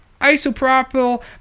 isopropyl